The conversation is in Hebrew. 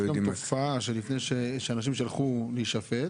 יש תופעה של אנשים שהלכו להישפט,